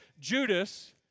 Judas